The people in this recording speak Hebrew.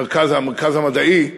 המרכז המדעי,